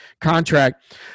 contract